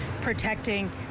protecting